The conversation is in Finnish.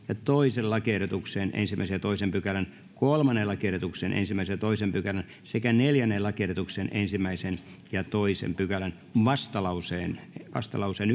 toisen lakiehdotuksen ensimmäisen ja toisen pykälän kolmannen lakiehdotuksen ensimmäisen ja toisen pykälän sekä neljännen lakiehdotuksen ensimmäisen ja toisen pykälän vastalauseen vastalauseen